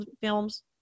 films